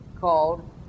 called